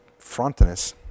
Frontinus